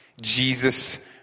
Jesus